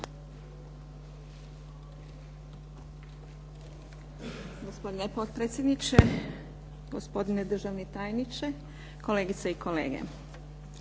Hvala.